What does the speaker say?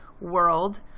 world